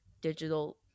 digital